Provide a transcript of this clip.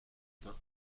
vingt